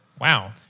Wow